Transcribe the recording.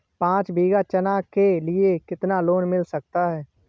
पाँच बीघा चना के लिए कितना लोन मिल सकता है?